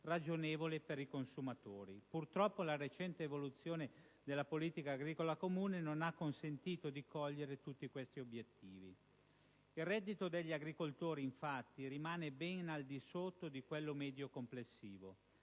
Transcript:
ragionevoli per i consumatori. Purtroppo la recente evoluzione della politica agricola comune non ha consentito di cogliere tutti questi obiettivi, infatti: il reddito degli agricoltori rimane ben al di sotto di quello medio complessivo;